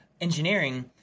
engineering